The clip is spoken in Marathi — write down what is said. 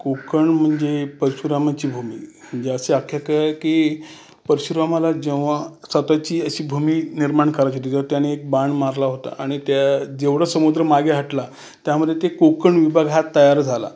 कोकण म्हणजे परशुरामाची भूमी म्हणजे अशी आख्यायिका आहे की परशुरामाला जेव्हा स्वत ची अशी भूमी निर्माण करायची होती तेव्हा त्याने एक बाण मारला होता आणि त्या जेवढं समुद्र मागे हटला त्यामध्ये ते कोकण विभाग हा तयार झाला